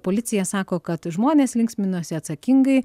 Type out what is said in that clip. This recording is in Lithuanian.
policija sako kad žmonės linksminosi atsakingai